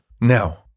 now